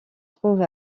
trouve